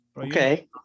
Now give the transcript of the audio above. Okay